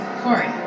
Corey